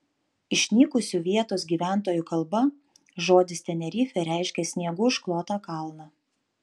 išnykusių vietos gyventojų kalba žodis tenerifė reiškia sniegu užklotą kalną